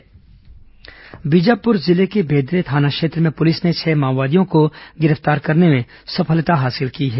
माओवादी गिरफ्तार बीजापुर जिले के बेदरे थाना क्षेत्र में पुलिस ने छह माओवादियों को गिरफ्तार करने में सफलता हासिल की है